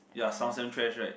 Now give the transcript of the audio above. ya sounds damn trash right